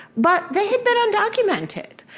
but they had been undocumented.